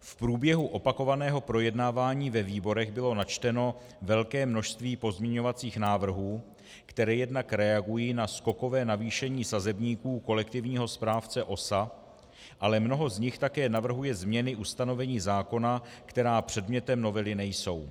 V průběhu opakovaného projednávání ve výborech bylo načteno velké množství pozměňovacích návrhů, které jednak reagují na skokové navýšení sazebníků kolektivního správce OSA, ale mnoho z nich také navrhuje změny ustanovení zákona, která předmětem novely nejsou.